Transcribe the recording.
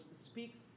speaks